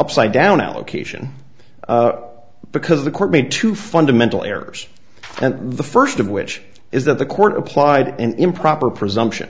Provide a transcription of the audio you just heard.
upside down allocation because the court made two fundamental errors and the first of which is that the court applied an improper presumption